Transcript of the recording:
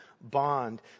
bond